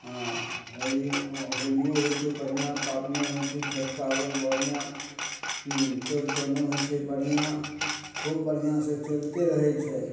हँ होली हँ होलियो होइ छै बढ़िआँ पाबैनो होइ छै छठ पाबनि बढ़िआँ हम्म चौरचनो होइ छै बढ़िआँ खूब बढ़िआँसँ चलिते रहय छै